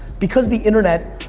because the internet,